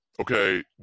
Okay